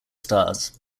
stars